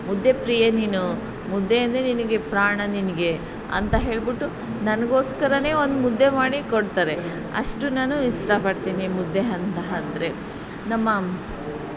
ಮುದ್ದೆ ಪ್ರಿಯೆ ನೀನು ಮುದ್ದೆ ಅಂದರೆ ನಿನಗೆ ಪ್ರಾಣ ನಿನಗೆ ಅಂತ ಹೇಳಿಬಿಟ್ಟು ನನ್ಗೋಸ್ಕರವೇ ಒಂದು ಮುದ್ದೆ ಮಾಡಿ ಕೊಡ್ತಾರೆ ಅಷ್ಟು ನಾನು ಇಷ್ಟಪಡ್ತಿನಿ ಮುದ್ದೆ ಅಂತ ಅಂದ್ರೆ ನಮ್ಮ